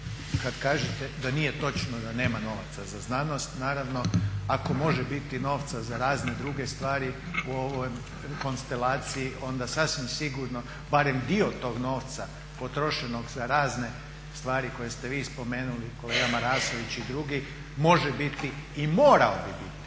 kad kažete da nije točno da nema novaca za znanost. Naravno, ako može biti novca za razne druge stvari u ovoj konstelaciji onda sasvim sigurno barem dio tog novca potrošenog za razne stvari koje ste vi spomenuli i kolega Marasović i drugi može biti i morao bi biti